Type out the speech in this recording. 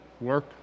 work